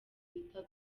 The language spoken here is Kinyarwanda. bita